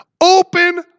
Open